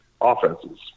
offenses